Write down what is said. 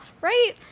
Right